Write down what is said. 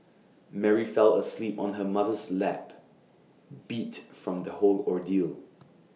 Mary fell asleep on her mother's lap beat from the whole ordeal